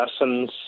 lessons